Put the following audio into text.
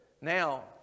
now